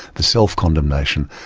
the self-condemnation,